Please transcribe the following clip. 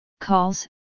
calls